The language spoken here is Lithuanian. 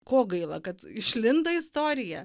ko gaila kad išlindo istorija